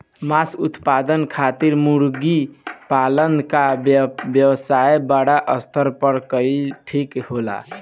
मांस उत्पादन खातिर मुर्गा पालन क व्यवसाय बड़ा स्तर पर कइल ठीक होला